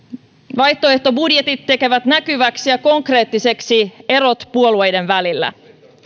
vaihtoehtobudjetit tekevät näkyväksi ja konkreettiseksi erot puolueiden välillä